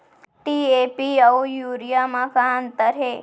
DAP अऊ urea म का अंतर हे?